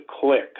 click